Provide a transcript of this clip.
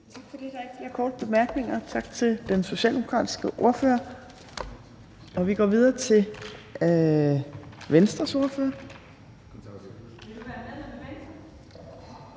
Tak for det. Der er ikke flere korte bemærkninger. Tak til den socialdemokratiske ordfører. Vi går videre til Venstres ordfører.